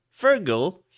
Fergal